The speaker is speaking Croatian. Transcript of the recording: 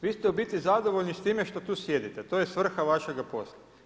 Vi ste u biti zadovoljni s time što tu sjedite, to je svrha vašega posla.